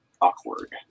awkward